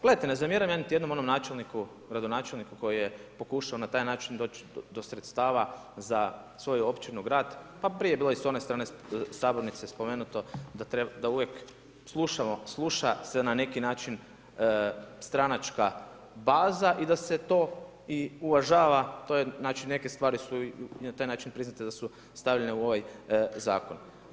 Gledajte ne zamjeram ja niti jednom onom načelniku, gradonačelniku koji je pokušao na taj način doći do sredstava za svoju općinu, grad, pa i prije je bilo s one strane sabornice spomenuto da uvijek slušamo, sluša se na neki način stranačka baza i da se to i uvažava, znači neke stvari su na taj način priznate da su stavljene u ovaj zakon.